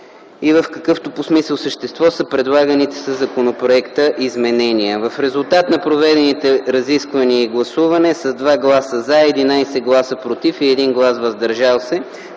им, в какъвто смисъл по същество са предлаганите със законопроекта изменения. В резултат на проведените разисквания и гласуване с 2 гласа „за”, 11 „против „ и 1 глас „въздържал се”,